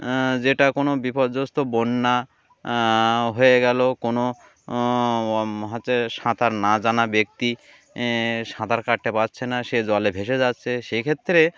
যেটা কোনো বিপর্যস্ত বন্যা হয়ে গেল কোনো হচ্ছে সাঁতার না জানা ব্যক্তি সাঁতার কাটতে পারছে না সে জলে ভেসে যাচ্ছে সেইক্ষেত্রে